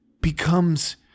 becomes